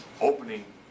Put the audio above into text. opening